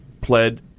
pled